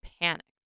panicked